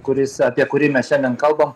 kuris apie kurį mes šiandien kalbam